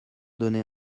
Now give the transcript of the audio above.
donné